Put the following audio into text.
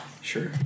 Sure